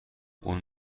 اون